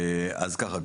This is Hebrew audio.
אז ככה.